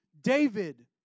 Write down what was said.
David